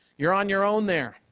you're on your own there.